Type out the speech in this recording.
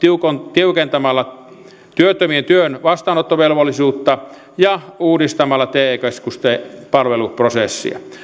tiukentamalla työttömien työn vastaanottovelvollisuutta ja uudistamalla te keskusten palveluprosessia